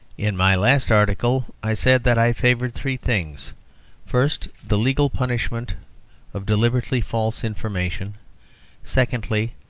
in my last article i said that i favoured three things first, the legal punishment of deliberately false information secondly,